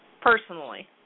personally